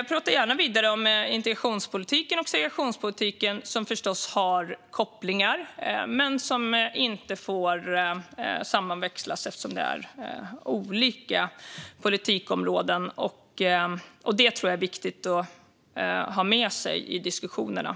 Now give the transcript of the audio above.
Jag pratar gärna vidare om integrationspolitiken och segregationspolitiken, som förstås har kopplingar men som inte får sammankopplas eftersom det är olika politikområden. Det tror jag är viktigt att ha med sig i diskussionerna.